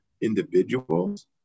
individuals